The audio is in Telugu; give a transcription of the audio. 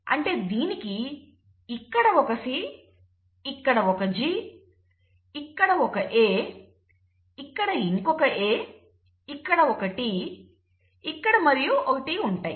అంటే దీనికి ఇక్కడ ఒక C ఇక్కడ ఒక G ఇంకా ఒక A ఇక్కడ ఇంకొక A ఇక్కడ ఒక T ఇక్కడ మరియు ఒక T ఇక్కడ